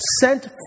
sent